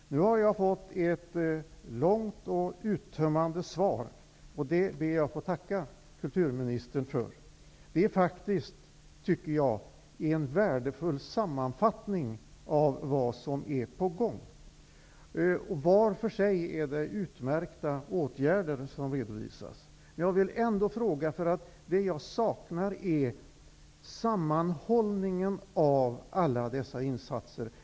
Nu har jag fått ett långt och uttömmande svar, som jag ber att få tacka kulturministern för. Det utgör en värdefull sammanfattning om vad som är på gång. Åtgärderna som redovisas är utmärkta var för sig. Det jag saknar är sammanhållningen av alla dessa insatser.